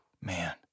man